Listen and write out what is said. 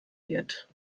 wird